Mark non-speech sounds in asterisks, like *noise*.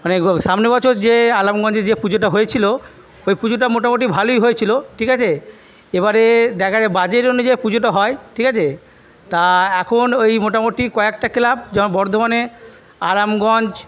মানে *unintelligible* সামনের বছর যে আলমগঞ্জে যে পুজোটা হয়েছিলো ওই পুজোটা মোটামোটি ভালোই হয়েছিলো ঠিক আছে এবারে দেখা *unintelligible* বাজেট অনুযায়ী পুজোটা হয় ঠিক আছে তা এখন ওই মোটামোটি কয়েকটা ক্লাব যেমন বর্ধমানে আরামগঞ্জ